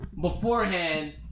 beforehand